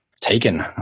taken